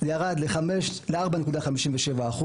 ירד ל-4.57%.